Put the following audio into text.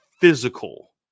physical